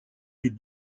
est